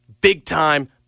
Big-time